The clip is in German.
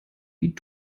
die